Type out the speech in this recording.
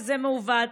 וזה מעוות,